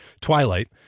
Twilight